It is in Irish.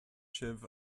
sibh